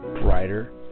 brighter